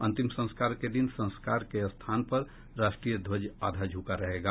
अंतिम संस्कार के दिन संस्कार के स्थान पर राष्ट्रीय ध्वज आधा झुका रहेगा